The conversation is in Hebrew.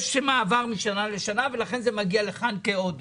יש מעבר משנה לשנה ולכן זה מגיע לכאן כעודף.